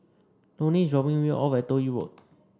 Loni is dropping me off at Toh Yi Road